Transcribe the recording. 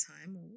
time